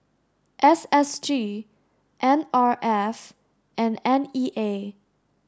S S G N R F and N E A